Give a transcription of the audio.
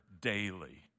daily